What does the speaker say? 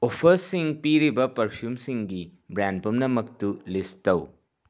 ꯑꯣꯐꯔꯁꯤꯡ ꯄꯤꯔꯤꯕ ꯄꯥꯔꯐ꯭ꯌꯨꯝꯁꯤꯡꯒꯤ ꯕ꯭ꯔꯥꯟ ꯄꯨꯝꯅꯃꯛꯇꯨ ꯂꯤꯁ ꯇꯧ